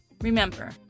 Remember